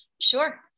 Sure